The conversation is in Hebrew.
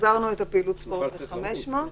החזרנו את פעילות הספורט ל-500.